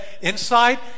inside